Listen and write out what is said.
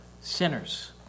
sinners